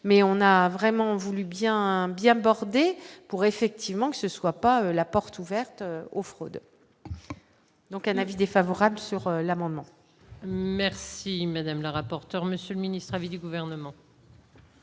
mais on a vraiment voulu bien bien bordé pour effectivement que ce soit pas la porte ouverte aux fraudes donc un avis défavorable sur l'amendement. Merci madame la rapporteur, Monsieur le Ministre à vie du gouvernement.